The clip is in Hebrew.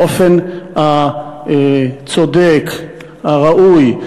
באופן הצודק והראוי,